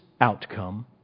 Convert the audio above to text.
Outcome